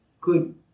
good